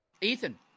Ethan